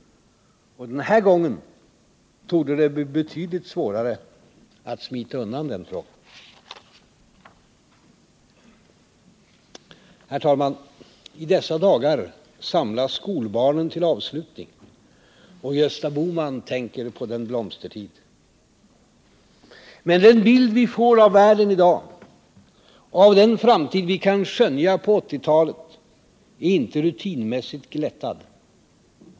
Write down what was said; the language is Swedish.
Den här gången torde det bli betydligt svårare att smita undan den frågan. Herr talman! I dessa dagar samlas skolbarnen till avslutning, och Gösta Bohman tänker på den blomstertid. Men den bild vi får av världen i dag och av den framtid vi kan skönja på 1980-talet är inte rutinmässigt glättad.